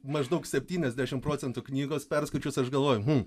maždaug septyniasdešimt procentų knygos perskaičius aš galvoju hm